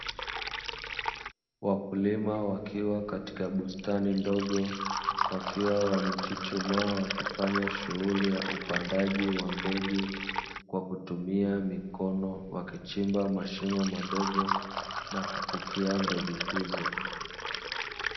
Wakulima wakiwa katika bustani ndogo wakiwa wamechuchumaa, wakifanya shughuli ya upandaji wa mbegu. Kwa kutumia mikono wakichimba mashimo madogo, na kufukia mbegu hizo.